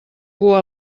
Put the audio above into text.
cua